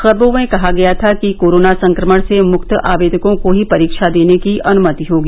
खबरों में कहा गया था कि कोरोना संक्रमण से मुक्त आवेदकों को ही परीक्षा देने की अनुमति होगी